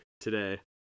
today